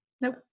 Nope